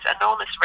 enormous